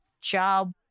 job